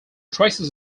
traces